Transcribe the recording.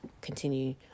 continue